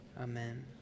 Amen